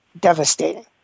devastating